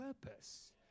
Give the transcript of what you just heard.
purpose